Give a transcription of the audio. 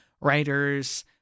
writers